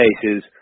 cases